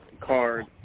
card